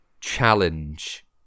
challenge